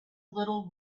little